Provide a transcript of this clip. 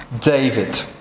David